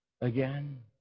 again